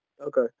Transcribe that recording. okay